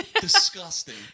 Disgusting